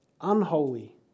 unholy